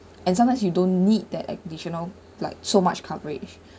and sometimes you don't need that additional like so much coverage